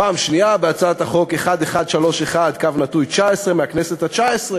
פעם שנייה בהצעת החוק 1131/19 מהכנסת התשע-עשרה.